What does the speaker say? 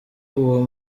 uwo